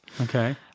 Okay